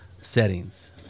settings